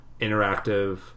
interactive